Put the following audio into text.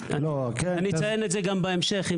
אני ארחיב על זה בהמשך.